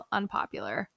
unpopular